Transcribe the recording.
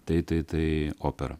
tai tai tai opera